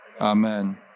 Amen